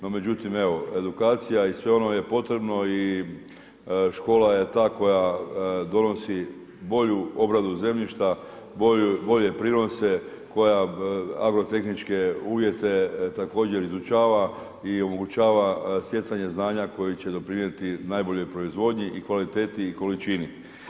No međutim evo edukacija i sve ono je potrebno i škola je ta koja donosi obradu zemljišta, bolje prinose, koja agrotehničke uvjete također izučava i omogućava stjecanje znanja koji će doprinijeti najboljoj proizvodnji i kvaliteti i količini.